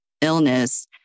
illness